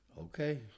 Okay